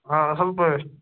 آ اَصٕل پٲٹھۍ